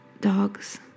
dogs